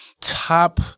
top